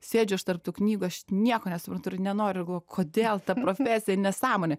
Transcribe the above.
sėdžiu aš tarp tų knygų aš nieko nesuprantu ir nenoriu kodėl ta profesija nesąmonė